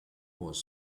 was